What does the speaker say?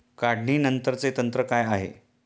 काढणीनंतरचे तंत्र काय आहे?